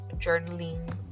journaling